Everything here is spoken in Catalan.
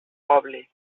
poble